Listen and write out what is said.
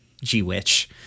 G-Witch